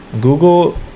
Google